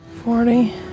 Forty